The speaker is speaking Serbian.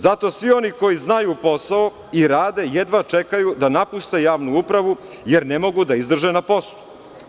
Zato svi oni koji znaju posao i rade jedva čekaju da napuste javnu upravu, jer ne mogu da izdrže na poslu.